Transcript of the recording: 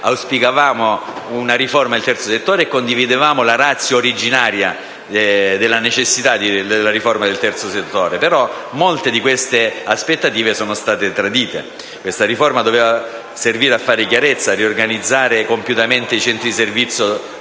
auspicavamo una riforma del terzo settore e che condividevamo la *ratio* originaria sulla necessità di riforma dello stesso. Tuttavia, molte di queste aspettative sono state tradite. Questa riforma doveva servire a fare chiarezza e a riorganizzare compiutamente i centri servizio